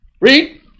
Read